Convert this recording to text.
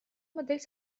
модель